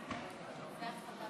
טוב.